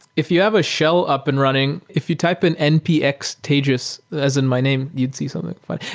if you have a shell up and running, if you type in npx tejas, as in my name, you'd see something funny.